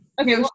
okay